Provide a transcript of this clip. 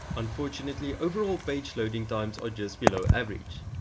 unfortunately, overall page loading times are just below average.